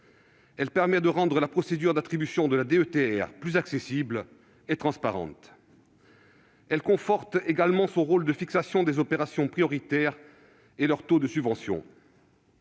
Elle permet de rendre la procédure d'attribution de la DETR plus accessible et transparente. Elle conforte également son rôle de fixation des opérations prioritaires et de leur taux de subvention.